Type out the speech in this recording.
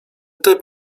typ